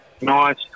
nice